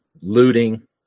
looting